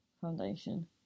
foundation